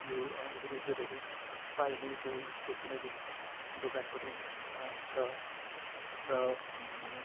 यो इरेजरहरू पाइने त्यो स्टेसनरी दोकान पनि छ र